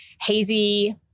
hazy